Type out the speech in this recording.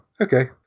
okay